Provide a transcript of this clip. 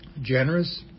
Generous